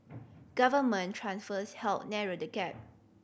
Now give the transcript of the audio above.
government transfers helped narrow the gap